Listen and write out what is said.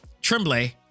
tremblay